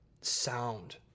sound